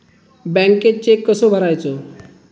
बँकेत चेक कसो भरायचो?